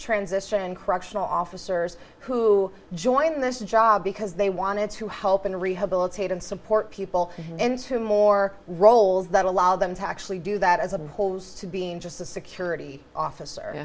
transition correctional officers who join this job because they wanted to help in rehabilitate and support people into more roles that allow them to actually do that as a whole is to being just a security officer